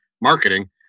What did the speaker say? marketing